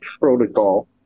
protocol